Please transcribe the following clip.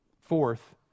Fourth